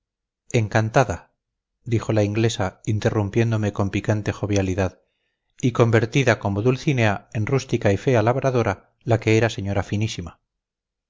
encantada dijo la inglesa interrumpiéndome con picante jovialidad y convertida como dulcinea en rústica y fea labradora la que era señora finísima